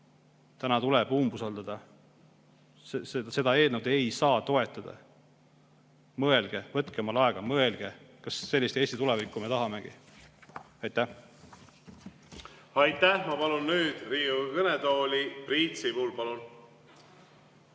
Täna tuleb umbusaldada! Seda eelnõu ei saa toetada! Mõelge, võtke aega, mõelge, kas sellist Eesti tulevikku me tahamegi. Aitäh! Aitäh! Ma palun nüüd Riigikogu kõnetooli Priit Sibula. Palun!